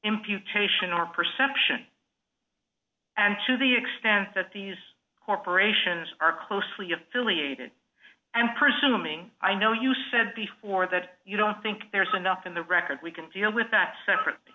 imputation or perception and to the extent that these corporations are closely affiliated and personal ming i know you said before that you don't think there's enough in the record we can deal with that separate